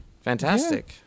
Fantastic